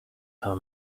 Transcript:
how